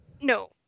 No